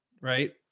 right